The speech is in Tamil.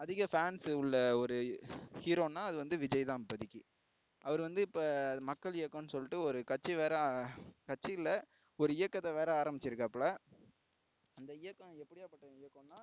அதிக ஃபேன்ஸ் உள்ள ஒரு ஹீரோன்னால் அது வந்து விஜய் தான் இப்பதைக்கி அவர் வந்து இப்போ மக்கள் இயக்கம்னு சொல்லிட்டு ஒரு கட்சி வேறு கட்சி இல்லை ஒரு இயக்கத்தை வேறு ஆரம்பித்து இருக்காப்ல அந்த இயக்கம் எப்படியாப்பட்ட இயக்கம்னா